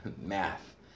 Math